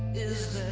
is